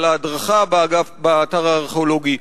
להדרכה באתר הארכיאולוגי?